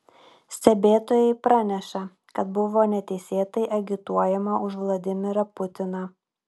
stebėtojai praneša kad buvo neteisėtai agituojama už vladimirą putiną